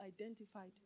identified